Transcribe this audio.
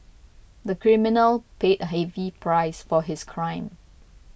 the criminal paid a heavy price for his crime